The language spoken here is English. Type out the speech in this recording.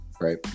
Right